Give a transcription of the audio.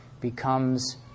becomes